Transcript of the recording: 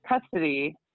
custody